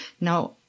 Now